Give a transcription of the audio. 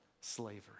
slavery